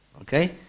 Okay